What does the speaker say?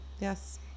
Yes